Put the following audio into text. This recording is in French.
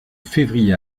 février